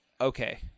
okay